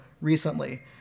recently